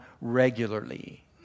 regularly